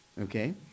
Okay